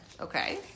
Okay